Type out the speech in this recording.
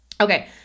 Okay